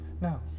No